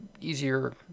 easier